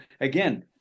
again